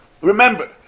Remember